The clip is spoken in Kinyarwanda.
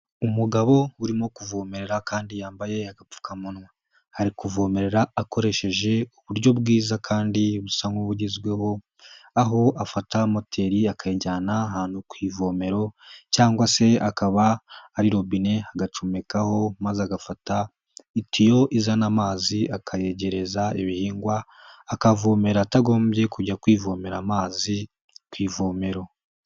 Umugabo urimo kuvomerera kandi yambaye agapfukamunwa, ari kuvomerera akoresheje uburyo bwiza kandi busa nk'ubugezweho, aho afata moteri akayijyana ahantu ku ivomero cyangwa se akaba ari robine, agacomekaho maze agafata itiyo izana amazi akayegereza ibihingwa, akavomera atagombye kujya kwivomera amazi ku ivomero.